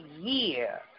year